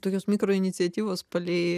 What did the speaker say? tokios mikroiniciatyvos palei